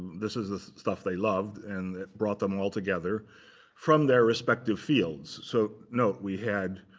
this is the stuff they loved. and it brought them all together from their respective fields. so, no. we had